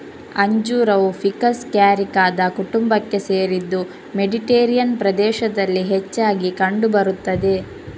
ಅಂಜೂರವು ficus ಕ್ಯಾರಿಕಾದ ಕುಟುಂಬಕ್ಕೆ ಸೇರಿದ್ದು ಮೆಡಿಟೇರಿಯನ್ ಪ್ರದೇಶದಲ್ಲಿ ಹೆಚ್ಚಾಗಿ ಕಂಡು ಬರುತ್ತದೆ